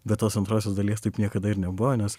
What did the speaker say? be tos antrosios dalies taip niekada ir nebuvo nes